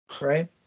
Right